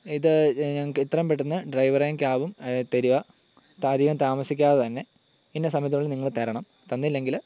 ഇത് ഞങ്ങൾക്ക് എത്രയും പെട്ടെന്ന് ഡ്രൈവറേയും ക്യാബും തരിക അധികം താമസിക്കാതെ തന്നെ ഇന്ന സമയത്തിനുള്ളിൽ നിങ്ങൾ തരണം തന്നില്ലെങ്കിൽ